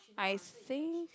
I think